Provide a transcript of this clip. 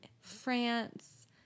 France